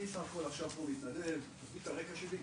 אני בסך הכול עכשיו מתנדב --- את הרקע שלי,